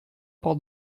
porte